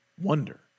wonder